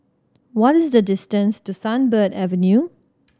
what is the distance to Sunbird Avenue